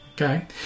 okay